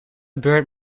beurt